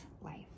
life